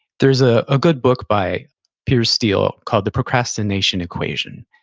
there's a ah good book by piers steel called the procrastination equation,